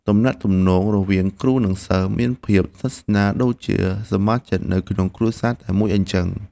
ទំនាក់ទំនងរវាងគ្រូនិងសិស្សមានភាពជិតស្និទ្ធដូចជាសមាជិកនៅក្នុងគ្រួសារតែមួយអញ្ចឹង។